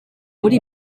muri